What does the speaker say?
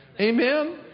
Amen